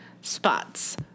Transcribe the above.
spots